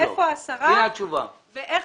אני שואלת היכן ה-10 מיליון שקלים ואיך